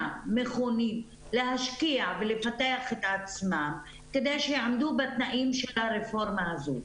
מכונים להשקיע ולפתח את עצמה כדי שיעמדו בתנאים של הרפורמה הזאת,